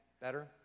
better